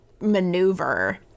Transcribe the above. maneuver